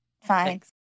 fine